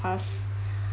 past